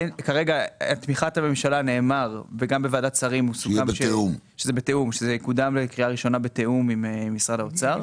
נאמר בוועדת שרים שזה יקודם בקריאה ראשונה בתיאום עם משרד האוצר.